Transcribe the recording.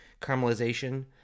caramelization